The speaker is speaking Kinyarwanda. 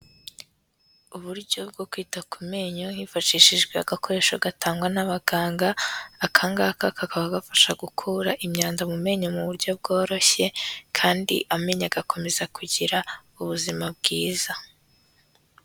Uburyo bwo kwita ku menyo hifashishijwe agakoresho gatangwa n'abaganga, aka ngaka kakaba gafasha gukura imyanda mu menyo mu buryo bworoshye kandi amenyo agakomeza kugira ubuzima bwiza.